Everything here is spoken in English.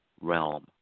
realm